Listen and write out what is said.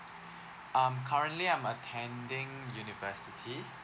um currently I'm attending university